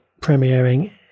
premiering